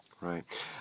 Right